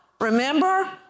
Remember